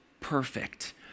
perfect